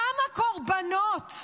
כמה קורבנות?